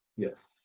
yes